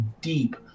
deep